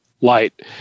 light